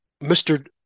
Mr